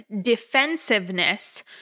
defensiveness